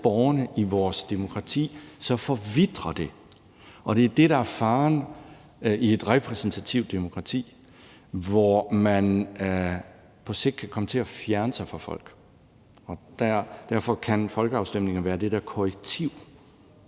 borgerne i vores demokrati, forvitrer det. Og det er det, der er faren i et repræsentativt demokrati, hvor man på sigt kan komme til at fjerne sig fra folk, og derfor kan folkeafstemninger være det der korrektiv.